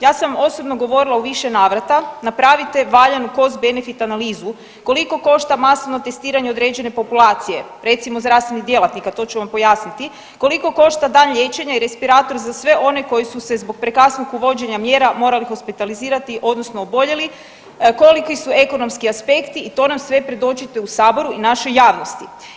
Ja sam osobno govorila u više navrata napravite valjanu costbenefit analizu koliko košta masovno testiranje određene populacije, recimo zdravstvenih djelatnika to ću vam pojasniti, koliko košta dan liječenja i respirator za sve one koji su se zbog prekasnog uvođenja mjera morali hospitalizirati odnosno oboljeli, koliki su ekonomski aspekti i to nam sve predočite u Saboru i našoj javnosti.